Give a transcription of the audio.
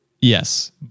Yes